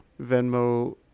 Venmo